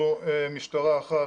אנחנו משטרה אחת,